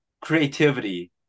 creativity